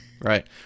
Right